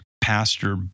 Pastor